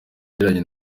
yagiranye